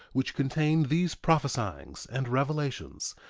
which contain these prophesyings and revelations,